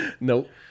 Nope